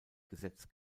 gesetz